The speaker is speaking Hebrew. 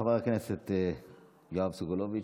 חבר הכנסת יואב סגלוביץ'